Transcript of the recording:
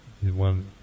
one